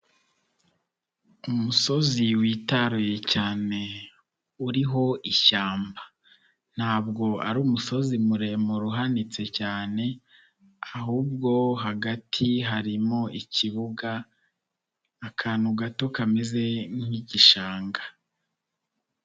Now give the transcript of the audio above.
Umusozi witaruye cyane uriho ishyamba, ntabwo ari umusozi muremure uhanitse cyane ahubwo hagati harimo ikibuga akantu gato kameze nk'igishanga.